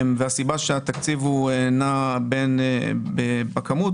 הסיבה שהתקציב נע בכמות,